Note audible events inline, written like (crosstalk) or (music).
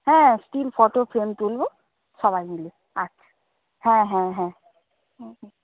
হ্যাঁ still photo frame তুলব সবাই মিলে আচ্ছা হ্যাঁ হ্যাঁ হ্যাঁ হুম (unintelligible)